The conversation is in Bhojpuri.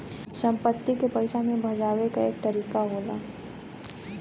संपत्ति के पइसा मे भजावे क एक तरीका होला